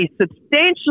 substantially